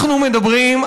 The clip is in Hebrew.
אנחנו מדברים,